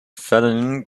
fällen